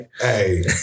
Hey